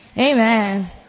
amen